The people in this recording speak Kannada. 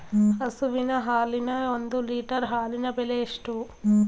ಹಸುವಿನ ಹಾಲಿನ ಒಂದು ಲೀಟರ್ ಹಾಲಿನ ಬೆಲೆ ಎಷ್ಟು?